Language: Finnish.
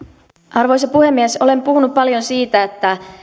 arvoisa puhemies olen puhunut paljon siitä että